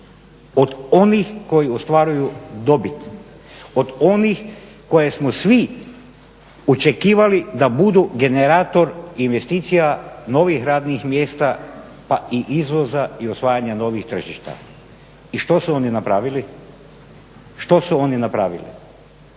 od onih koji ostvaruju dobit, od onih koje smo svi očekivali da budu generator investicija, novih radnih mjesta pa i izvoza i osvajanja novih tržišta. I što su oni napravili? Legalno